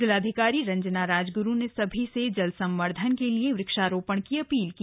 जिलाधिकारी रंजना राजगुरु ने सभी से जल संवर्धन के लिए वृक्षारोपण की अपील की